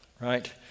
Right